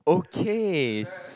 okay